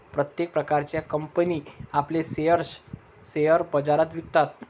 प्रत्येक प्रकारच्या कंपनी आपले शेअर्स शेअर बाजारात विकतात